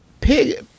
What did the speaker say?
Pig